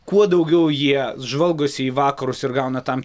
kuo daugiau jie žvalgosi į vakarus ir gauna tam